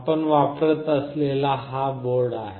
आपण वापरत असलेला हा बोर्ड आहे